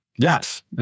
Yes